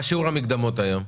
מה שיעור המקדמות היום?